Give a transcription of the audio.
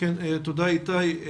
תודה איתי.